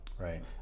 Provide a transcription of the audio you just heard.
Right